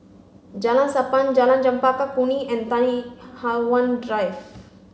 Jalan Sappan Jalan Chempaka Kuning and Tai Hwan Drive